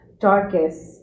darkest